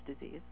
disease